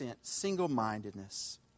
single-mindedness